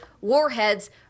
Warheads